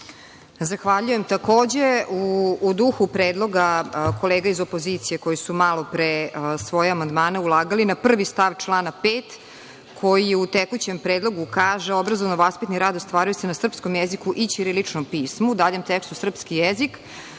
Zahvaljujem. Takođe, u duhu predloga kolega iz opozicije koji su malopre svoje amandmane ulagali na prvi stav člana 5, koji u tekućem predlogu kaže: „obrazovno-vaspitni rad ostvaruje se na srpskom jeziku i ćiriličnom pismu, u daljem tekstu: srpski jezik“,